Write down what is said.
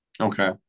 okay